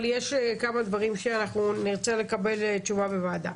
ישנם כמה דברים שנרצה לקבל עליהם תשובה בוועדה.